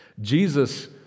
Jesus